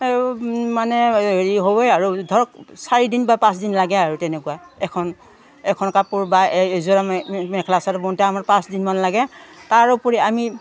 মানে হেৰি হ' আৰু ধৰক চাৰিদিন বা পাঁচদিন লাগে আৰু তেনেকুৱা এখন এখন কাপোৰ বা এযোৰা মেখেলা চাদৰ বওঁতে আমাৰ পাঁচদিনমান লাগে তাৰ ওপৰি আমি